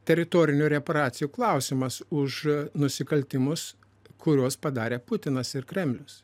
teritorinių reparacijų klausimas už nusikaltimus kuriuos padarė putinas ir kremlius